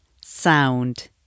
sound